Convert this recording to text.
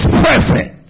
present